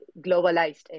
globalized